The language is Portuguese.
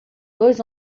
dois